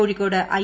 Kozhikode I